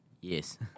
Yes